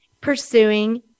pursuing